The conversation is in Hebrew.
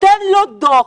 נותן לו דוח,